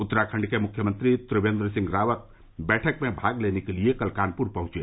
उत्तराखण्ड के मुख्यमंत्री त्रिवेन्द्र सिंह रावत बैठक में भाग लेने के लिए कल कानपुर पहुंचे